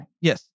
Yes